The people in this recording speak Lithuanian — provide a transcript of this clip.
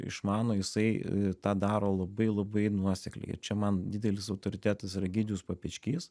išmano jisai tą daro labai labai nuosekliai ir čia man didelis autoritetas yra egidijus papečkys